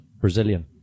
Brazilian